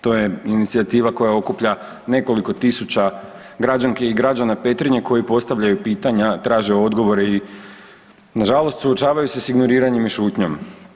To je inicijativa koja okuplja nekoliko tisuća građanki i građana Petrinja koji postavljaju pitanja, traže odgovore i nažalost suočavaju se s ignoriranjem i šutnjom.